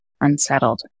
unsettled